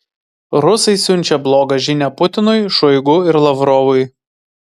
rusai siunčia blogą žinią putinui šoigu ir lavrovui